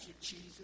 Jesus